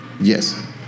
Yes